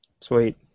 Sweet